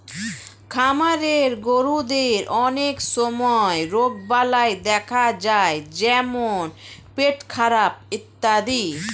খামারের গরুদের অনেক সময় রোগবালাই দেখা যায় যেমন পেটখারাপ ইত্যাদি